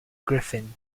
griffin